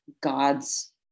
God's